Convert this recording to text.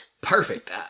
perfect